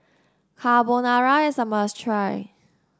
carbonara is a must try